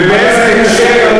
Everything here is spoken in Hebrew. ובאיזה הקשר,